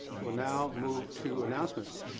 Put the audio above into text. we'll now move to announcements.